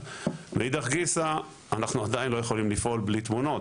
ומאידך גיסא אנחנו עדיין לא יכולים לפעול בלי תמונות.